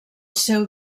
seu